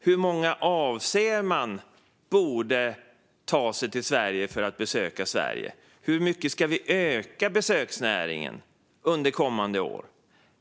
Hur många borde ta sig till Sverige för att besöka landet? Hur mycket ska vi få besöksnäringen att öka under kommande år?